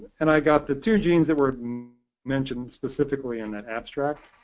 and i got the two genes that were mentioned specifically in that abstract.